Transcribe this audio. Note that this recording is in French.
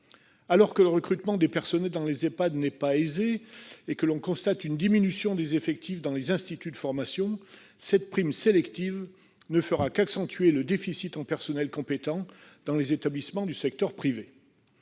difficiles. Le recrutement de personnel dans les Ehpad n'est déjà pas aisé, et l'on constate une diminution des effectifs dans les instituts de formation : cette prime sélective ne fera qu'accentuer le déficit en personnel compétent dans les établissements du secteur privé.